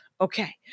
Okay